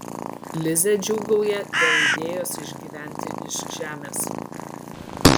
lizė džiūgauja dėl idėjos išgyventi iš žemės